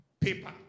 paper